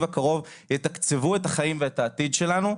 הקרוב יתקצבו את החיים ואת העתיד שלנו,